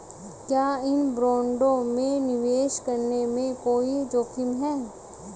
क्या इन बॉन्डों में निवेश करने में कोई जोखिम है?